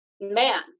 man